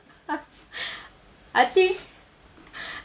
I think